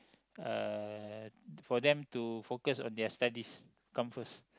uh for them to focus on their studies come first